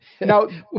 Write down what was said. Now